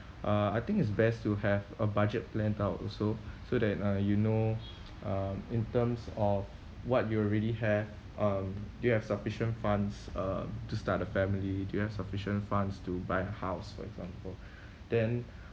uh I think it's best to have a budget planned out also so that uh you know uh in terms of what you already have um do you have sufficient funds uh to start a family do you have sufficient funds to buy a house for example then